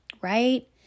right